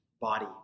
body